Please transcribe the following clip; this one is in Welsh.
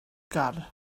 gar